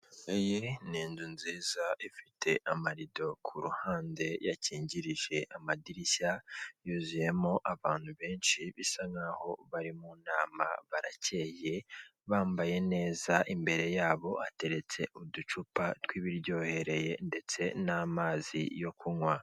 Iyi ni inzu nziza ifite amarido kuruhande yakingirije amadirishya, yuzuyemo abantu benshi, bisa nk'aho bari mu nama, barakeye, bambaye neza, imbere yabo ateretse uducupa tw'ibiryohereye ndetse n'amazi yo kunywa.